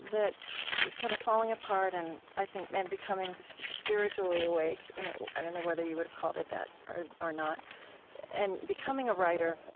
that kind of falling apart and, i think, and becoming spiritually awake and i don't know whether you would have called it that, or or not and becoming a writer